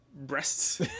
breasts